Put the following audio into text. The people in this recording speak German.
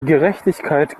gerechtigkeit